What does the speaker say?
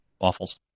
waffles